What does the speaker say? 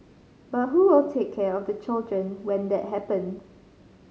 but who will take care of the children when that happens